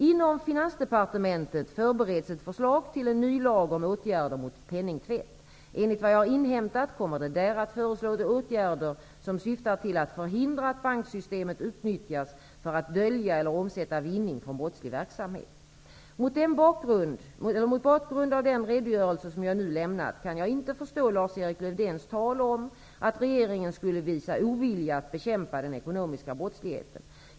Inom Finansdepartementet förbereds ett förslag till en ny lag om åtgärder mot penningtvätt. Enligt vad jag har inhämtat kommer det där att föreslås åtgärder som syftar till att förhindra att banksystemet utnyttjas för att dölja eller omsätta vinning från brottslig verksamhet. Mot bakgrund av den redogörelse som jag nu lämnat kan jag inte förstå Lars-Erik Lövdéns tal om att regeringen skulle visa ovilja att bekämpa den ekonomiska brottsligheten.